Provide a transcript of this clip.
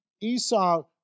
Esau